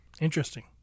Interesting